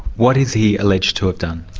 what is he alleged to have done?